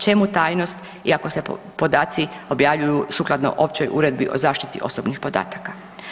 Čemu tajnost i ako se podaci objavljuju sukladno Općoj uredbi o zaštiti osobnih podataka.